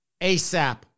ASAP